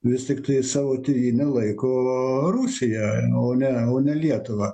vis tiktai savo tėvyne laiko rusiją o ne o ne lietuvą